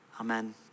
Amen